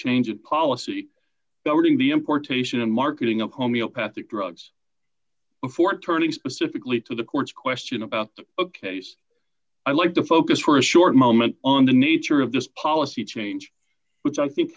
change of policy governing the importation and marketing of homeopathic drugs before turning specifically to the court's question about ok's i like to focus for a short moment on the nature of this policy change which i think